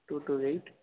two two eight